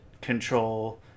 control